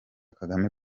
kagame